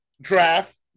draft